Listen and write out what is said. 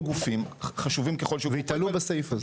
גופים חשובים ככל שיהיו --- ויתלו בסעיף הזה.